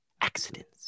accidents